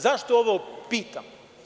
Zašto ovo pitam?